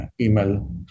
email